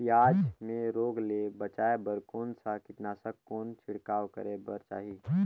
पियाज मे रोग ले बचाय बार कौन सा कीटनाशक कौन छिड़काव करे बर चाही?